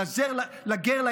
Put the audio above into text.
לגר,